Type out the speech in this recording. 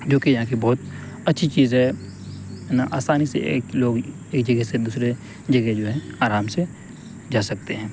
جوکہ یہاں کی بہت اچھی چیز ہے نا آسانی سے ایک لوگ ایک جگہ سے دوسرے جگہ جو ہے آرام سے جا سکتے ہیں